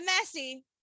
messy